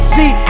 See